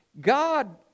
God